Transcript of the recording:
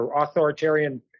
authoritarian